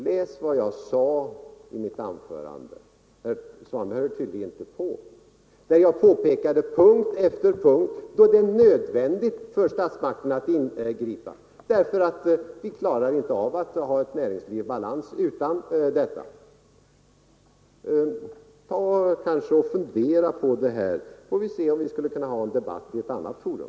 Läs vad jag sade i mitt anförande — herr Svanberg hör tydligen inte på — där jag på punkt efter punkt pekade på att det är nödvändigt för statsmakterna att ingripa därför att vi annars inte klarar av att hjälpa näringslivet att komma i balans. Fundera på detta, så får vi se om vi sedan kanske kan föra en debatt i ett annat forum!